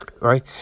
right